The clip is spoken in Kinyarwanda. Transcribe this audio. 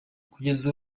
kugeza